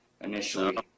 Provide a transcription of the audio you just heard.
initially